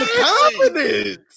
confidence